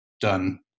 done